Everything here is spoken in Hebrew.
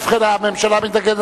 ובכן, הממשלה מתנגדת.